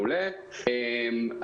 כאמור,